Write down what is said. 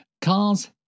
Cars